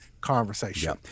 conversation